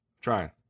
Trying